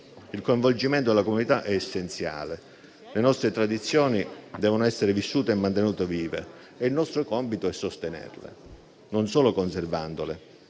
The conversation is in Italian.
Il coinvolgimento della comunità è essenziale: le nostre tradizioni devono essere vissute e mantenute vive e il nostro compito è sostenerle, non solo conservandole,